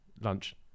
Lunch